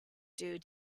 due